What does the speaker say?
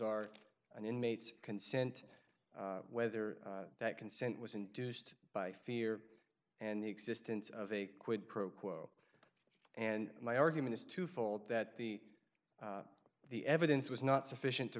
are an inmate's consent whether that consent was induced by fear and the existence of a quid pro quo and my argument is twofold that the the evidence was not sufficient to